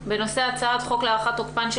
על סדר-היום: חידוש הדיונים בהצעת חוק להארכת תוקפן של